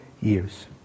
years